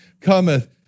cometh